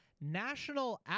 National